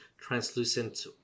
translucent